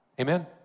amen